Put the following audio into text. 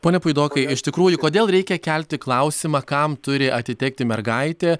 pone puidokai iš tikrųjų kodėl reikia kelti klausimą kam turi atitekti mergaitė